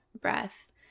breath